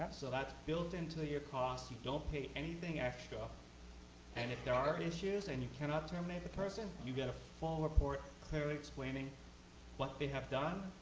so that's built into your costs. you don't pay anything extra and if there are issues and you cannot terminate the person you get a full report clearly explaining what they have done,